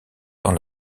dans